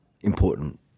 important